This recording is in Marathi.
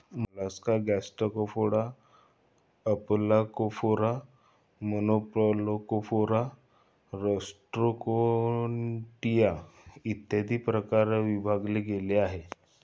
Mollusca Gastropoda, Aplacophora, Monoplacophora, Rostroconchia, इत्यादी प्रकारात विभागले गेले आहे